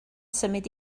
symud